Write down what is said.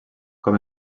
com